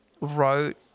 wrote